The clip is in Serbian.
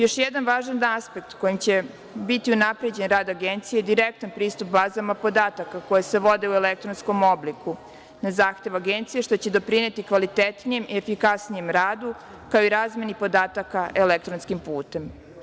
Još jedan važan aspekt kojim će biti unapređen rad Agencije - direktan pristup bazama podataka koje se vode u elektronskom obliku, na zahtev Agencije, što će doprineti kvalitetnijem i efikasnijem radu, kao i razmeni podataka elektronskim putem.